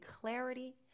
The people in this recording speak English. clarity